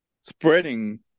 spreading